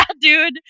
dude